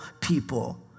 people